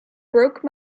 broke